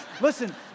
listen